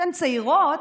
שהן צעירות,